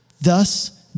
thus